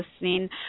listening